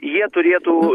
jie turėtų